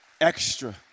Extra